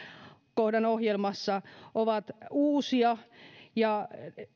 kohdan ohjelmassa ovat uusia